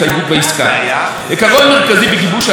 עיקרון מרכזי בגיבוש ההצעה היה התאמתו,